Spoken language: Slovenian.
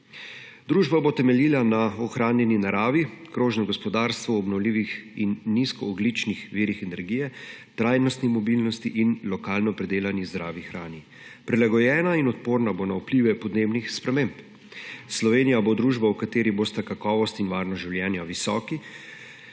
Družba bo temeljila na ohranjeni naravi, krožnem gospodarstvu, obnovljivih in nizkoogljičnih virih energije, trajnosti mobilnosti in lokalno pridelani zdravi hrani. Prilagojeno in odporno bo na vplive podnebnih sprememb. Slovenija bo družba, v kateri bosta kakovost in varnost življenja visoki,